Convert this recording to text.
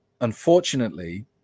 unfortunately